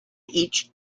each